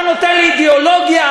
אתה נותן לי אידיאולוגיה,